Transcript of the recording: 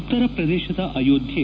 ಉತ್ತರ ಪ್ರದೇಶದ ಅಯೋಧ್ಯೆ